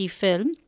film